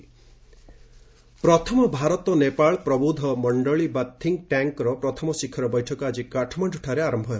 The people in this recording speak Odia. ଇଣ୍ଡିଆ ନେପାଲ ସମିଟ୍ ପ୍ରଥମ ଭାରତ ନେପାଳ ପ୍ରବୁଦ୍ଧ ମଣ୍ଡଳୀ ବା ଥିଙ୍କ୍ଟ୍ୟାଙ୍କ୍ର ପ୍ରଥମ ଶିଖର ବୈଠକ ଆଜି କାଠମାଣ୍ଡୁଠାରେ ଆରମ୍ଭ ହେବ